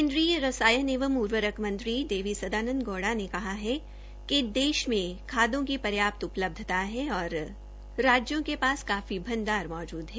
केन्द्रीय रसायन एवं उर्वरक मंत्री डी वी सदानंद गौड़ा ने कहा है कि देश में खादों की पर्याप्त उपलब्धता है और राज्यों के पास काफी भंडार मौजूद है